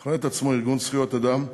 המכנה את עצמו "ארגון זכויות אדם",